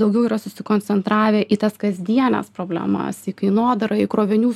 daugiau yra susikoncentravę į tas kasdienes problemas į kainodarą į krovinių